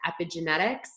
epigenetics